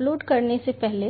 upload करने से पहले